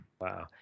Wow